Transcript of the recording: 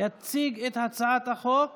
יציג את הצעת החוק